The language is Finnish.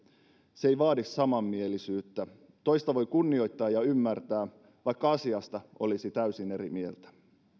se ei vaadi samanmielisyyttä toista voi kunnioittaa ja ymmärtää vaikka asiasta olisi täysin eri mieltä